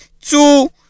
Two